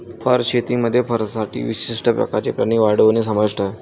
fur शेतीमध्ये फरसाठी विशिष्ट प्रकारचे प्राणी वाढवणे समाविष्ट आहे